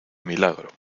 milagro